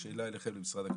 זו שאלה אליכם במשרד הכלכלה.